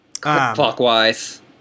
clockwise